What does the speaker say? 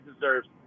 deserves